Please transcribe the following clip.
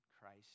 Christ